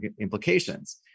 implications